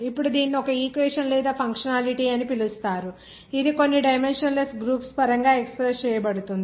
ఇప్పుడు దీనిని ఒక ఈక్వేషన్ లేదా ఫంక్షనాలిటీ అని పిలుస్తారు ఇది కొన్ని డైమెన్షన్ లెస్ గ్రూప్స్ పరంగా ఎక్స్ప్రెస్ చేయబడుతుంది